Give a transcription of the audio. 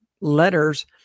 letters